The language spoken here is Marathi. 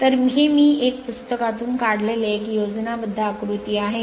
तर हे मी एक पुस्तकातून काढलेले एक योजनाबद्ध आकृती आहे